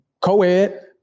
co-ed